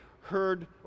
heard